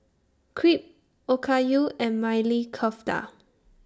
Crepe Okayu and Maili Kofta